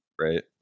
right